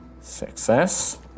Success